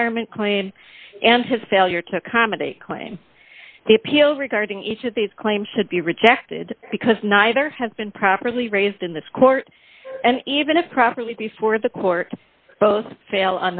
environment clean and his failure to accommodate claims the appeal regarding each of these claims should be rejected because neither has been properly raised in this court and even if properly before the court both fail